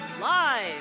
Live